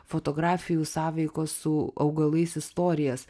fotografijų sąveikos su augalais istorijas